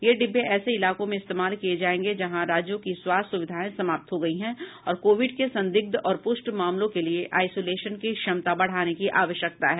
ये डिब्बे ऐसे इलाकों में इस्तेमाल किए जाएंगे जहां राज्यों की स्वास्थ्य सुविधाएं समाप्त हो गई हैं और कोविड के संदिग्ध और प्रष्ट मामलों के लिए आइसोलेशन की क्षमता बढ़ाने की आवश्कता है